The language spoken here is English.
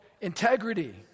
integrity